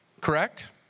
Correct